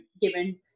given